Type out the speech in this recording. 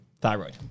thyroid